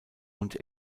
und